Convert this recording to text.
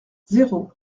zéro